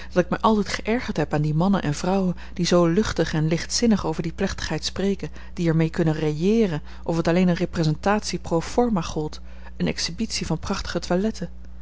ik mij altijd geërgerd heb aan die mannen en vrouwen die zoo luchtig en lichtzinnig over die plechtigheid spreken die er mee kunnen railleeren of het alleen een representatie pro forma gold eene exhibitie van prachtige toiletten